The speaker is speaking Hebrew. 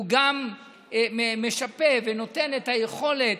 הוא גם משפה ונותן את היכולת,